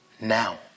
Now